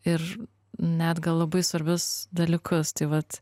ir net gal labai svarbius dalykus tai vat